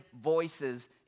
voices